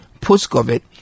Post-COVID